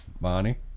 Bonnie